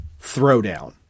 throwdown